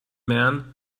man